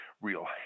real